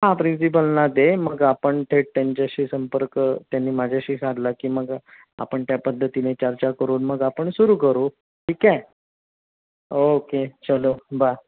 हां प्रिन्सिपलना दे मग आपण थेट त्यांच्याशी संपर्क त्यांनी माझ्याशी साधला की मग आपण त्या पद्धतीने चर्चा करून मग आपण सुरू करू ठीक ओके चलो बाय